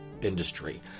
industry